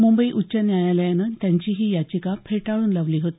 मुंबई उच्च न्यायालयानं त्यांची ही याचिका फेटाळून लावली होती